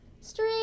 Street